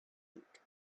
tank